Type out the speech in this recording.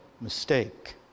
mistake